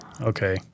Okay